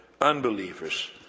unbelievers